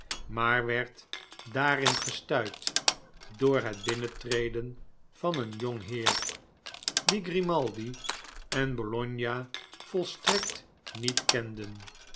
maar werd daarin gestuit door het binnentreden van een jong heer dien grimaldi en bologna volstrekt niet kenden